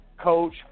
coach